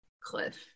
cliff